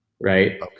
right